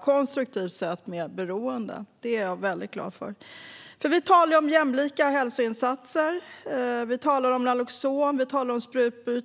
konstruktivt sätt med beroende. Vi talar om jämlika hälsoinsatser. Vi talar om Naloxon. Vi talar om sprututbyte.